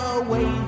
away